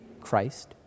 Christ